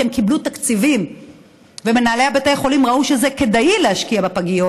כי הן קיבלו תקציבים וגם מנהלי בתי החולים ראו שזה כדאי להשקיע בפגיות,